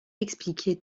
expliqué